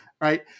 Right